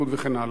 א.